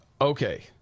Okay